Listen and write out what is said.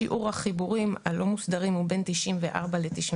שיעור החיבורים הלא מוסדרים הוא בין 94% ל-99%.